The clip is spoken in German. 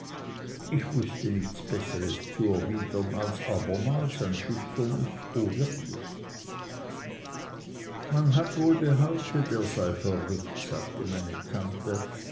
ich wußte nichts besseres zu erwidern als abermals ein schüchternes o wirklich man hat wohl behauptet er sei verrückt sagte meine tante